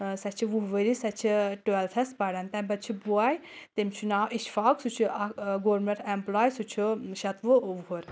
سۄ چھِ وُہ ؤری سۄ چھِ ٹُوَیٚلتھَس پَران تَمہِ پَتہٕ چھِ بوے تٔمِس چھُ ناو اِشفاق سُہ چھُ اکھ گورمِنٛٹ ایٚمپٕلاے سُہ چھُ شَتوُہ وُہُر